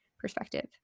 perspective